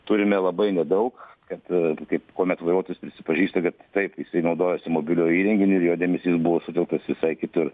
turime labai nedaug kad kitaip kuomet vairuotojas prisipažįsta kad taip jisai naudojosi mobiliuoju įrenginiu ir jo dėmesys buvo sutelktas visai kitur